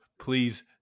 please